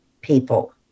people